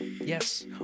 Yes